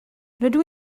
rydw